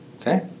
Okay